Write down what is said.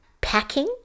packing